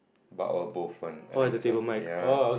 about our both one I think is one ya